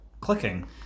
clicking